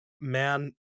man